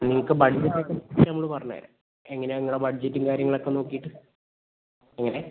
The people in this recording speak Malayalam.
നിങ്ങൾക്ക് ബഡ്ജറ്റിനെ കുറിച്ച് നമ്മൾ പറഞ്ഞുതരാം എങ്ങനെയാണ് നിങ്ങളുടെ ബഡ്ജറ്റും കാര്യങ്ങളൊക്കെ നോക്കിയിട്ട് എങ്ങനെ